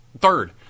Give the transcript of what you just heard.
third